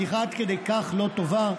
בדיחה עד כדי כך לא טובה,